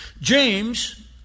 James